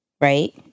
right